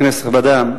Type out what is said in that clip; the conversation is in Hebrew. כנסת נכבדה,